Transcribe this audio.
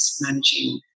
managing